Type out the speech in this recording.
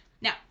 Now